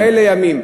הימים אלה ימים.